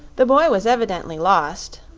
the boy was evidently lost,